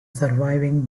surviving